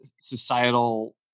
societal